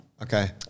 Okay